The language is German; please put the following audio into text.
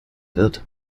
wird